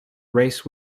race